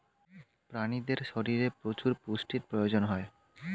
প্রাণীদের শরীরে প্রচুর পুষ্টির প্রয়োজন হয়